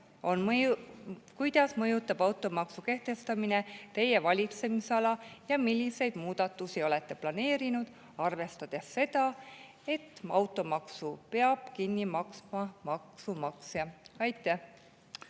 Kuidas mõjutab automaksu kehtestamine teie valitsemisala ja milliseid muudatusi olete planeerinud, arvestades seda, et automaksu peab kinni maksma maksumaksja? Aitäh!